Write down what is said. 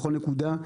בכל נקודה,